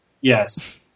Yes